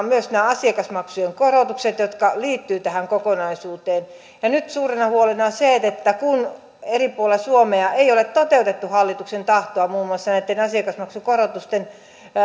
myös asiakasmaksujen korotukset jotka liittyvät tähän kokonaisuuteen nyt suurena huolena on se että kun eri puolilla suomea ei ole toteutettu hallituksen tahtoa muun muassa näitten asiakasmaksukorotusten